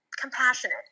compassionate